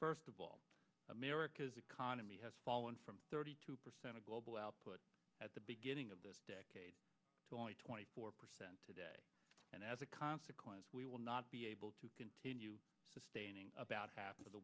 first of all america's economy has fallen from thirty two percent of global output at the beginning of this decade four percent today and as a consequence we will not be able to continue sustaining about half of the